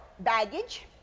baggage